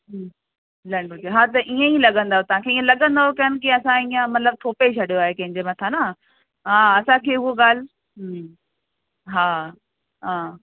हम्म लॻियल हुजे हा त इअं ई लॻंदा त तव्हांखे इअं लॻंदव कान कि असां इअं मतलबु थोपे छॾियो आहे कंहिं जे मथां न हा असांखे उहा ॻाल्हि हम्म हा हा